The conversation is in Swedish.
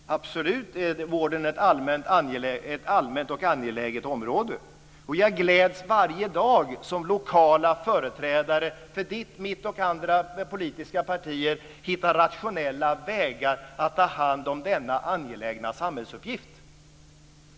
Fru talman! Absolut är vården ett allmänt och angeläget område. Jag gläds varje dag som lokala företrädare för Lotta Nilsson-Hedströms parti, mitt parti och andra politiska partier hittar rationella vägar att ta hand om denna angelägna samhällsuppgift.